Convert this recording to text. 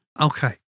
Okay